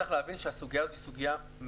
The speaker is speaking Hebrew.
צריך להבין שהסוגיה הזו היא סוגיה מאוד